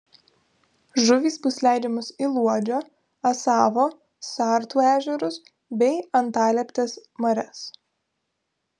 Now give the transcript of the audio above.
žuvys bus leidžiamos į luodžio asavo sartų ežerus bei antalieptės marias